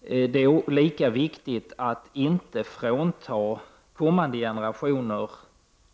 det är lika viktigt att inte frånta kommande generationer